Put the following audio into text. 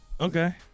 Okay